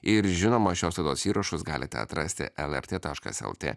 ir žinoma šios laidos įrašus galite atrasti lrt taškas lt